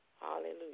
Hallelujah